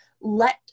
let